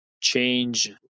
change